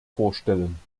vorstellen